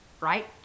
right